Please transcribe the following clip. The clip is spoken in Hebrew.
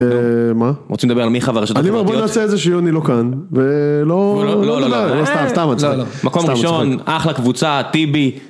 אה מה? רוצים לדבר על מי חבר רשת התרבותיות? אני אומר בואי נעשה איזה שיוני לא כאן. ולא לא לא סתם סתם מצחיק. מקום ראשון אחלה קבוצה טיבי.